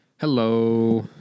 Hello